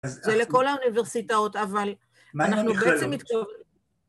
זה לכל האוניברסיטאות, אבל אנחנו בעצם מתכוונים.